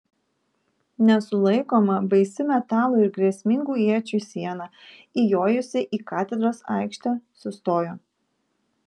nesulaikoma baisi metalo ir grėsmingų iečių siena įjojusi į katedros aikštę sustojo